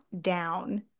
down